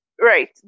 right